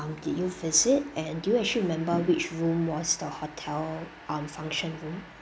um did you visit and do you actually remember which room was your hotel um function room